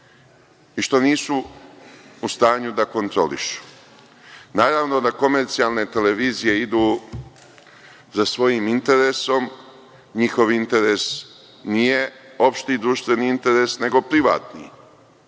i što nisu u stanju da kontrolišu. Naravno da komercijalne televizije idu za svojim interesom, a njihov interes nije opšti društveni interes, nego privatnim.